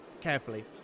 carefully